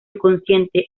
inconsciente